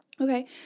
Okay